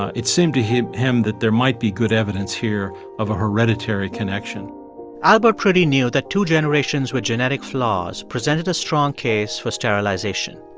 it seemed to him him that there might be good evidence here of a hereditary connection albert priddy knew that two generations with genetic flaws presented a strong case for sterilization.